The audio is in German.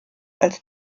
als